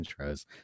intros